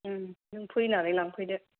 नों फैनानै लांफैदो